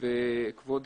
כבוד